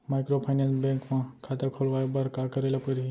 Microfinance bank म खाता खोलवाय बर का करे ल परही?